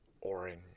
orange